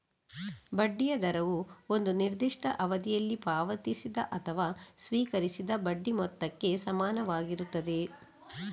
ಬಡ್ಡಿಯ ದರವು ಒಂದು ನಿರ್ದಿಷ್ಟ ಅವಧಿಯಲ್ಲಿ ಪಾವತಿಸಿದ ಅಥವಾ ಸ್ವೀಕರಿಸಿದ ಬಡ್ಡಿ ಮೊತ್ತಕ್ಕೆ ಸಮಾನವಾಗಿರುತ್ತದೆ